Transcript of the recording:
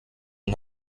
und